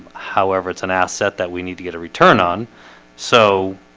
however, it's an asset that we need to get a return on so